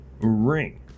Ring